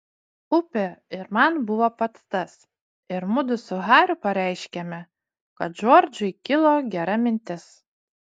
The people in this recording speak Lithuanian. upė ir man buvo pats tas ir mudu su hariu pareiškėme kad džordžui kilo gera mintis